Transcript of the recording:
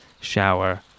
shower